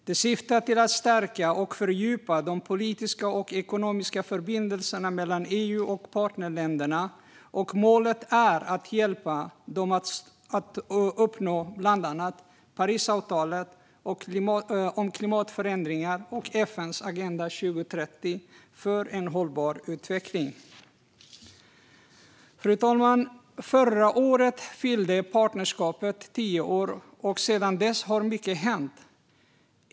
Det syftar till att stärka och fördjupa de politiska och ekonomiska förbindelserna mellan EU och partnerländerna, och målet är att hjälpa dem att uppnå bland annat Parisavtalet om klimatförändringar och FN:s Agenda 2030 för en hållbar utveckling. Fru talman! Förra året fyllde partnerskapet tio år. Sedan dess har mycket hänt.